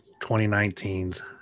2019's